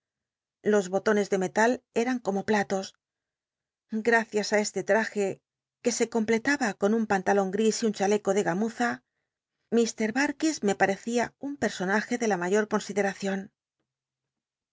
los botones de metal eran como platos gracias á este traje que se completaba con un pantalon gris y un chaleco de gamuza mr darkis me parecía un personaje de la mayor consideracion